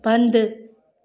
बंदि